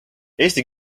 eesti